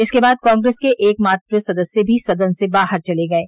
इसके बाद कांग्रेस के एक मात्र सदस्य भी सदन से बाहर चले गये